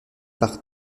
par